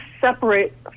separate